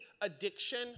addiction